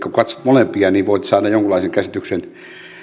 kun katsot molempia niin voit saada jonkunlaisen käsityksen